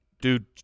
dude